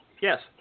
Yes